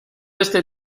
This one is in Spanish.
este